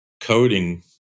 coding